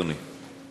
אדוני.